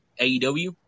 AEW